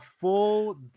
full